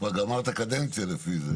כבר גמרת קדנציה לפי זה.